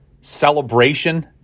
celebration